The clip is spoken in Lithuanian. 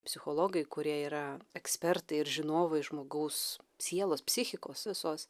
psichologai kurie yra ekspertai ir žinovai žmogaus sielos psichikos visos